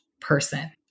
person